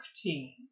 team